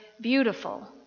beautiful